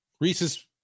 Reese's